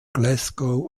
glasgow